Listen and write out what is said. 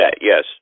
Yes